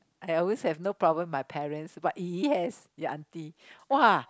I always have no problem my parents but yes your auntie !wah!